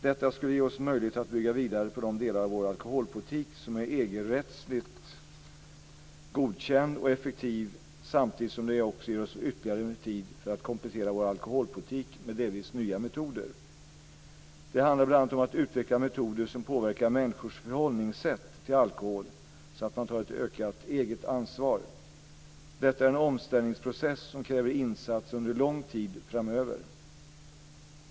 Detta skulle ge oss möjlighet att bygga vidare på de delar av vår alkoholpolitik som är EG-rättsligt godkänd och effektiv samtidigt som det också ger oss ytterligare tid för att komplettera vår alkoholpolitik med delvis nya metoder. Det handlar bl.a. om att utveckla metoder som påverkar människors förhållningssätt till alkohol så att man tar ett ökat eget ansvar. Detta är en omställningsprocess som kräver insatser under lång tid framöver.